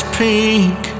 pink